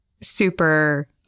super